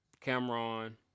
Cameron